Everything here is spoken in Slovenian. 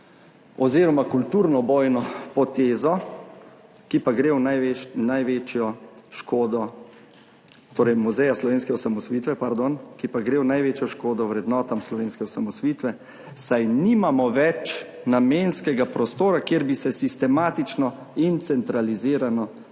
oziroma kulturno bojno potezo, ki pa gre v največjo škodo vrednotam slovenske osamosvojitve, saj nimamo več namenskega prostora, kjer bi se sistematično in centralizirano zbirali